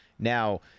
Now